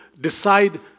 decide